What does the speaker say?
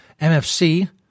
MFC